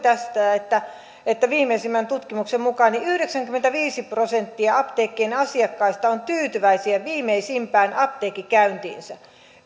että että viimeisimmän tutkimuksen mukaan yhdeksänkymmentäviisi prosenttia apteekkien asiakkaista on tyytyväisiä viimeisimpään apteekkikäyntiinsä